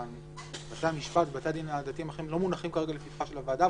שבתי המשפט ובתי הדין הדתיים האחרים לא מונחים כרגע לפתחה של הוועדה,